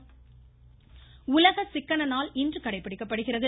உலக சிக்கன நாள் உலக சிக்கன நாள் இன்று கடைபிடிக்கப்படுகிறது